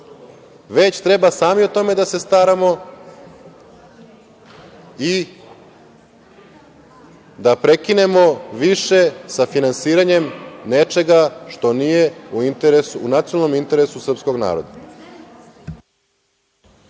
već treba sami o tome da se staramo i da prekinemo više sa finansiranjem nečega što nije u nacionalnom interesu srpskog naroda.